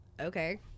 Okay